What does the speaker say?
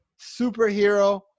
Superhero